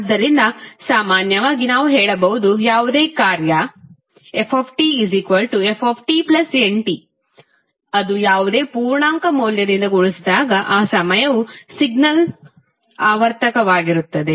ಆದ್ದರಿಂದ ಸಾಮಾನ್ಯವಾಗಿ ನಾವು ಹೇಳಬಹುದು ಯಾವುದೇ ಕಾರ್ಯ fftnT ಅದು ಯಾವುದೇ ಪೂರ್ಣಾಂಕ ಮೌಲ್ಯದಿಂದ ಗುಣಿಸಿದಾಗ ಆ ಸಮಯವು ಸಿಗ್ನಲ್ ಆವರ್ತಕವಾಗಿರುತ್ತದೆ